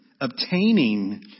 Obtaining